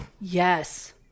yes